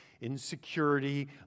insecurity